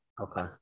Okay